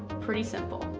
pretty simple.